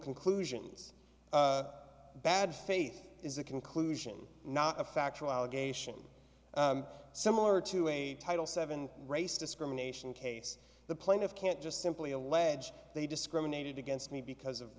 conclusions bad faith is a conclusion not a factual allegation similar to a title seven race discrimination case the plaintiffs can't just simply allege they discriminated against me because of